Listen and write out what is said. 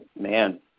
Man